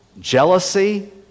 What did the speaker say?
jealousy